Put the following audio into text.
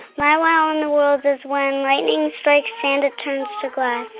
my wow in the world is when lightning strikes sand, it turns to glass.